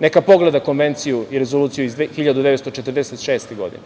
neka pogleda Konvenciju i Rezoluciju iz 1946. godine.